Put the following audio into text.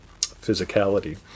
physicality